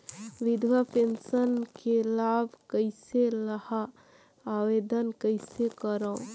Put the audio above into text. विधवा पेंशन के लाभ कइसे लहां? आवेदन कइसे करव?